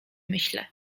myślę